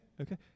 okay